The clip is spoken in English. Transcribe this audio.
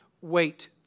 wait